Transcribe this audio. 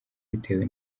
bitewe